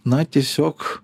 na tiesiog